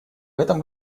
этом